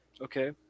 okay